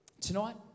tonight